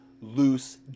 loose